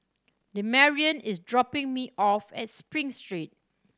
Demarion is dropping me off at Spring Street